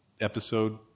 episode